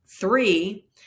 three